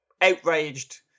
outraged